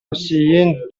раҫҫейӗн